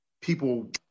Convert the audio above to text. people